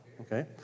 Okay